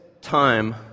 time